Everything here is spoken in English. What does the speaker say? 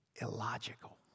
illogical